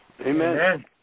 Amen